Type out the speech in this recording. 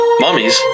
mummies